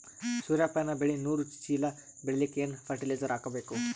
ಸೂರ್ಯಪಾನ ಬೆಳಿ ನೂರು ಚೀಳ ಬೆಳೆಲಿಕ ಏನ ಫರಟಿಲೈಜರ ಹಾಕಬೇಕು?